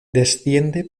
desciende